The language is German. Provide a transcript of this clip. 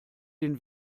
den